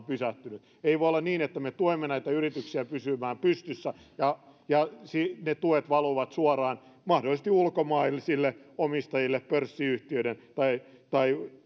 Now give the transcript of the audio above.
pysähtyneet ei voi olla niin että me tuemme näitä yrityksiä pysymään pystyssä ja ja ne tuet valuvat suoraan mahdollisesti ulkomaisille omistajille pörssiyhtiöiden tai